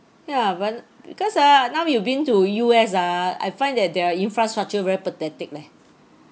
ya but because ah now you've been to U_S ah I find that their infrastructure very pathetic leh